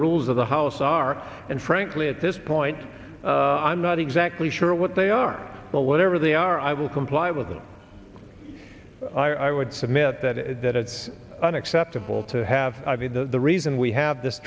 rules of the house are and frankly at this point i'm not exactly sure what they are but whatever they are i will comply with them i would submit that that it's unacceptable to have the reason we have this